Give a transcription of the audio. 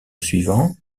suivant